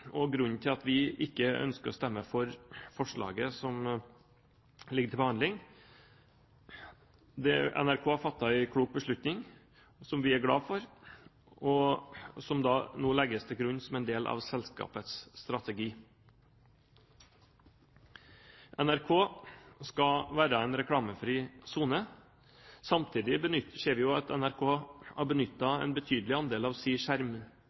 er grunnen til at vi ikke ønsker å stemme for forslaget som ligger til behandling. NRK har fattet en klok beslutning som vi er glad for, og som nå legges til grunn som en del av selskapets strategi. NRK skal være en reklamefri sone. Samtidig ser vi at NRK har benyttet en betydelig andel av